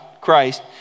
Christ